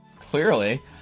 Clearly